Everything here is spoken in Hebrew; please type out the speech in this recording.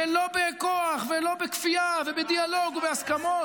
לא בכוח, לא בכפייה, בדיאלוג ובהסכמות,